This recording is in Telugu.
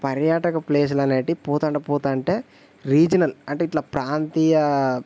పర్యాటక ప్లేసులు అనేటివి పోతాంటె పోతాంటె రీజినల్ అంటే ఇట్లా ప్రాంతీయ